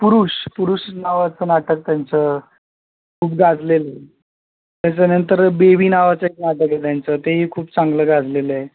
पुरुष पुरुष नावाचं नाटक त्यांचं खूप गाजलेलं आहे त्याच्यानंतर बेबी नावाचं एक नाटक आहे त्यांचं तेही खूप चांगलं गाजलेलं आहे